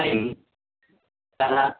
म् सः